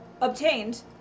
obtained